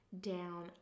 down